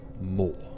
more